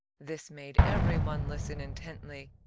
this made every one listen intently.